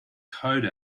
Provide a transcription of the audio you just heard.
code